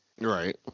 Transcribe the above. Right